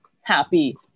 happy